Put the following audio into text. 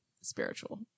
spiritual